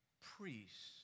priests